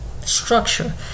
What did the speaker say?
structure